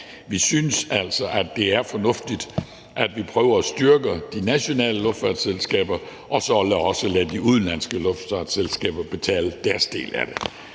Vi synes altså, at det er fornuftigt, at vi prøver at styrke de nationale luftfartsselskaber og så også lader de udenlandske luftfartsselskaber betale deres del af det.